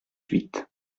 huit